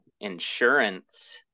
insurance